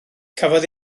cafodd